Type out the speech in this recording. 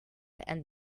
and